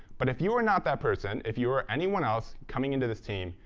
but if you are not that person, if you are anyone else coming into this team,